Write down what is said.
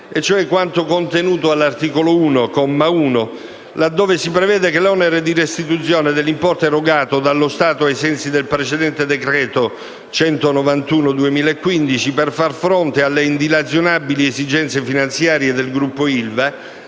e cioè quanto contenuto all'articolo 1, comma 1, laddove si prevede che l'onere di restituzione dell'importo erogato dallo Stato ai sensi del precedente decreto n. 191 del 2015, per far fronte alle indilazionabili esigenze finanziarie del gruppo ILVA